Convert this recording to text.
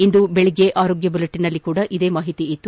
ಇಂದು ಬೆಳಿಗ್ಗೆಯ ಆರೋಗ್ಯ ಬುಲೆಟಿನ್ನಲ್ಲೂ ಇದೇ ಮಾಹಿತಿ ಇತ್ತು